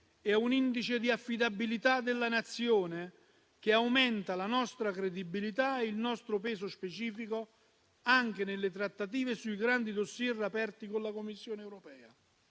è un indice di affidabilità della Nazione che aumenta la nostra credibilità ed il nostro peso specifico anche nelle trattative sui grandi *dossier* aperti con la Commissione europea.